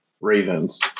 Ravens